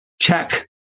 check